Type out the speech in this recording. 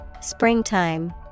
Springtime